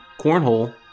cornhole